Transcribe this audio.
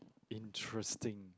interesting